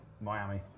Miami